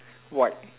white